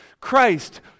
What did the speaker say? Christ